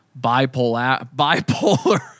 bipolar